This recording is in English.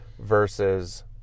versus